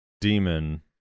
Demon